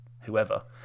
whoever